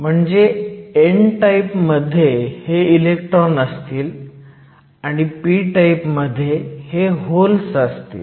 म्हणजे n type मध्ये हे इलेक्ट्रॉन असतील आणि p टाईप मध्ये हे होल्स असतील